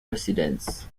residence